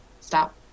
stop